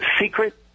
Secret